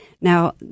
Now